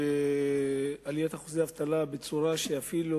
בעליית שיעורי האבטלה בצורה שאפילו